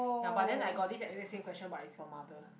ya but then I got this exact same question but is for mother